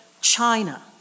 China